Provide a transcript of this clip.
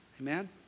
Amen